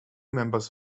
members